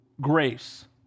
grace